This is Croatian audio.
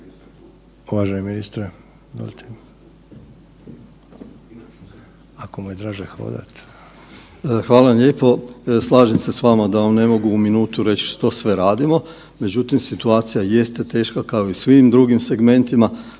Hvala lijepo. Slažem se s vama da vam ne mogu u minutu reći što sve radimo, međutim situacija jeste teška kao i u svim drugim segmentima